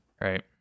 Right